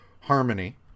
harmony